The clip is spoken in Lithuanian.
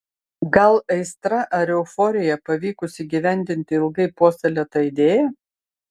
gal aistra ar euforija pavykus įgyvendinti ilgai puoselėtą idėją